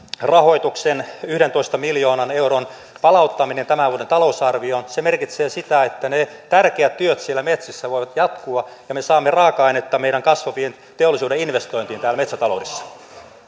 rahoituksen yhdentoista miljoonan euron palauttaminen tämän vuoden talousarvioon se merkitsee sitä että ne tärkeät työt siellä metsissä voivat jatkua ja me saamme raaka ainetta meidän kasvaviin teollisuuden investointeihin metsätaloudessa